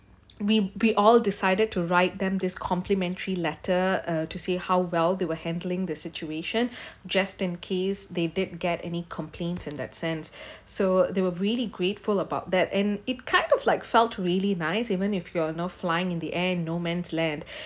we we all decided to write them this complimentary letter uh to say how well they were handling the situation just in case they didn't get any complaint in that sense so they were really grateful about that and it kind of like felt really nice even if you're you know flying in the air no man's land